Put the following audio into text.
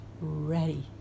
ready